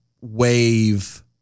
wave